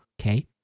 okay